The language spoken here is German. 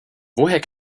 woher